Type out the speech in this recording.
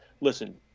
listen